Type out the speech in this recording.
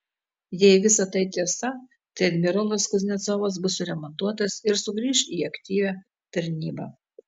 jei visa tai tiesa tai admirolas kuznecovas bus suremontuotas ir sugrįš į aktyvią tarnybą